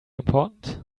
important